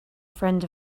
friend